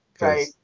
right